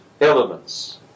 elements